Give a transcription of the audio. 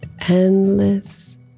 endless